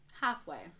Halfway